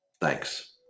thanks